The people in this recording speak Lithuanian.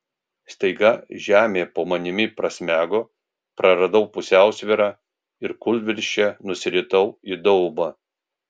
staiga žemė po manimi prasmego praradau pusiausvyrą ir kūlvirsčia nusiritau į daubą